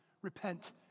Repent